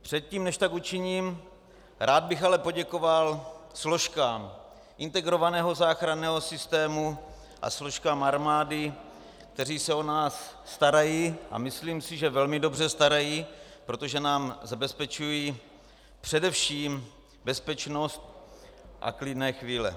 Předtím, než tak učiním, rád bych ale poděkoval složkám integrovaného záchranného systému a složkám armády, které se o nás starají, a myslím si, že velmi dobře starají, protože nám zabezpečují především bezpečnost a klidné chvíle.